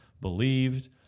believed